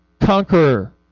conqueror